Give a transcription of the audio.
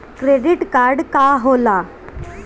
Credit card का होला?